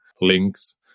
links